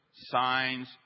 Signs